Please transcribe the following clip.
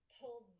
told